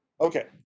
Okay